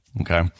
okay